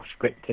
scripted